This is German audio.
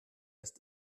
ist